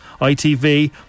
ITV